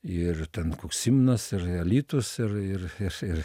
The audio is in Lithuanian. ir ten koks simnas alytus ir ir ir